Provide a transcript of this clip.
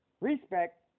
Respect